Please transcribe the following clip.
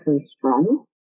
strong